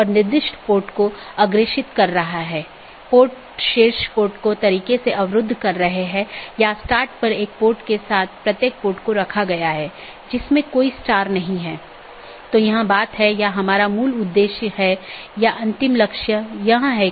और जब यह विज्ञापन के लिए होता है तो यह अपडेट संदेश प्रारूप या अपडेट संदेश प्रोटोकॉल BGP में उपयोग किया जाता है हम उस पर आएँगे कि अपडेट क्या है